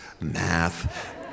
math